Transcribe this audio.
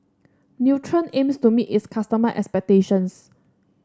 Nutren aims to meet its customer expectations